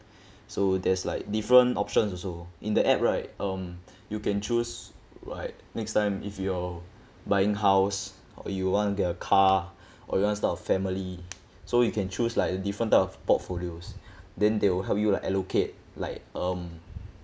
so there's like different options also in the app right um you can choose right next time if you're buying house or you want to get a car or you wanna start a family so you can choose like a different type of portfolios then they will help you like allocate like um